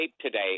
today